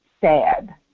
sad